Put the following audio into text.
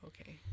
Okay